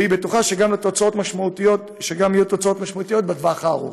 והיא בטוחה שגם יהיו תוצאות משמעותיות בטווח הארוך.